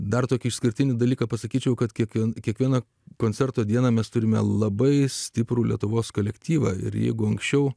dar tokį išskirtinį dalyką pasakyčiau kad kiekvieną kiekvieno koncerto dieną mes turime labai stiprų lietuvos kolektyvą ir jeigu anksčiau